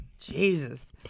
Jesus